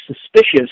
suspicious